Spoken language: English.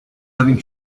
having